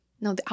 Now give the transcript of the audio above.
No